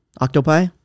Octopi